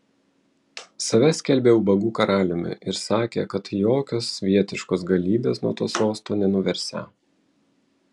save skelbė ubagų karaliumi ir sakė kad jokios svietiškos galybės nuo to sosto nenuversią